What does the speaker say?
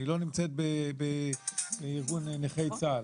לא בארגון נכי צה"ל.